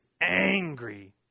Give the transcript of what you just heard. angry